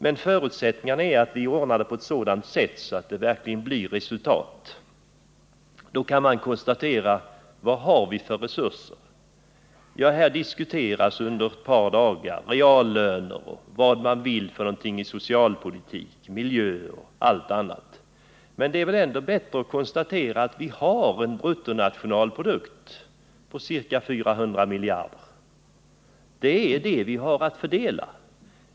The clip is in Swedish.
Men det gäller att skapa sådana förutsättningar att vi verkligen uppnår resultat. Vad har vi då för resurser? Här diskuteras under ett par dagar reallöner, vad man vill åstadkomma inom socialpolitikens område, på miljöns område och mycket annat. Men det är väl bättre att konstatera att vi har en BNP på ca 400 miljarder kronor att fördela.